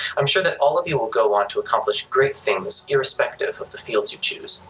i'm sure that all of you will go on to accomplish great things irrespective of the fields you choose.